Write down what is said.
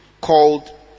called